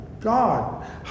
God